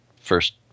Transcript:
first